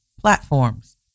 platforms